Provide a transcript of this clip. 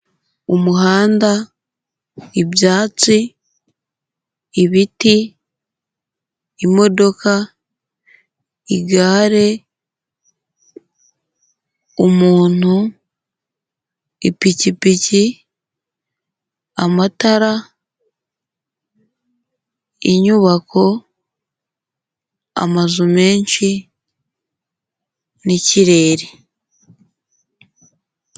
Umuhanda, ibyatsi, ibiti, imodoka, igare, umuntu, ipikipiki, amatara, inyubako, amazu menshi n'ikirere.